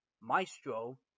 Maestro